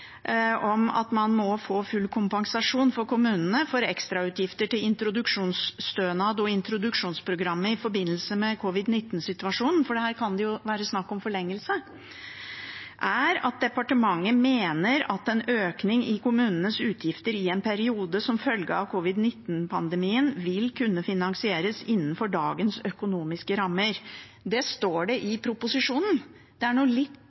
om at kommunene må få full kompensasjon for ekstrautgifter til introduksjonsstønad og introduksjonsprogrammet i forbindelse med covid-19-situasjonen – for her kan det være snakk om forlengelse – er at departementet mener at en økning i kommunenes utgifter i en periode som følge av covid-19-pandemien vil kunne finansieres innenfor dagens økonomiske rammer. Det står det i proposisjonen, og det er litt